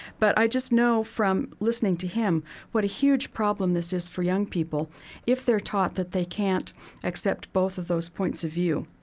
but i just know from listening to him what a huge problem this is for young people if they're taught that they can't accept both of those points of view.